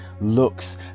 looks